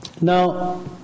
Now